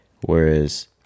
Whereas